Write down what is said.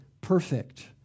perfect